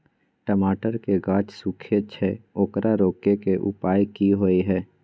टमाटर के गाछ सूखे छै ओकरा रोके के उपाय कि होय है?